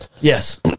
Yes